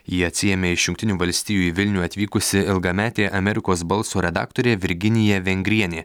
jį atsiėmė iš jungtinių valstijų į vilnių atvykusi ilgametė amerikos balso redaktorė virginija vengrienė